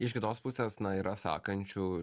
iš kitos pusės na yra sakančių